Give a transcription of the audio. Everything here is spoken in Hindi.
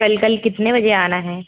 कल कल कितने बजे आना है